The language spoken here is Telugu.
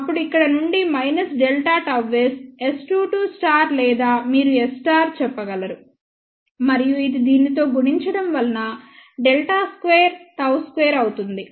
అప్పుడు ఇక్కడ నుండి Δ Γs S22 స్టార్ లేదా మీరు S చెప్పగలరు మరియు ఇది దీనితో గుణించడం వలన Δ2 Γ 2 అవుతుంది